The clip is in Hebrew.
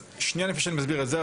שנייה לפני שאני מסביר את זה,